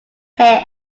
hair